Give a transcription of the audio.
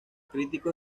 críticos